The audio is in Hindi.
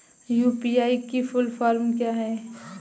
यू.पी.आई की फुल फॉर्म क्या है?